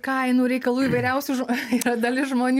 kainų reikalų įvairiausių ž yra dalis žmonių